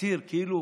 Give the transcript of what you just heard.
מצהיר כאילו